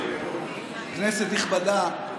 כנסת נכבדה,